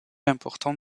important